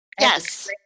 yes